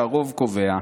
שהרוב קובע.